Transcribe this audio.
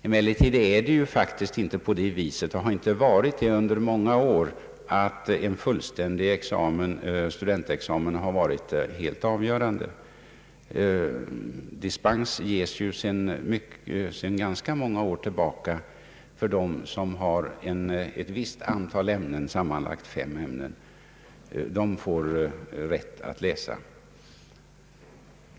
Emellertid är det faktiskt inte så — och har inte varit det under många år — att en fullständig studentexamen anses helt avgörande; dispens ges ju sedan ganska många år tillbaka för dem som har examen i ett visst antal ämnen — sammanlagt fem stycken.